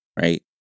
right